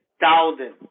thousand